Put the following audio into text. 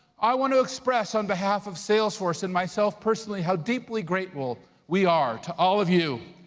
i want to express on behalf of salesforce and myself, personally, how deeply grateful we are to all of you.